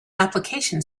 application